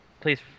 please